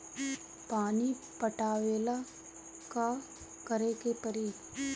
पानी पटावेला का करे के परी?